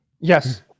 Yes